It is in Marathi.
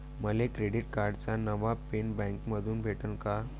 मले क्रेडिट कार्डाचा नवा पिन बँकेमंधून भेटन का?